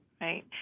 right